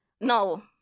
no